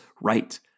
right